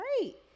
great